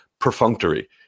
perfunctory